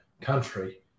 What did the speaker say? country